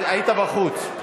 היית בחוץ.